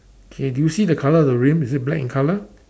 K do you see the color of the rim is it black in color